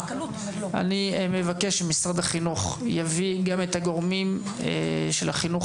אני מבקש שמשרד החינוך יביא גם את הגורמים של החינוך